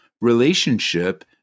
relationship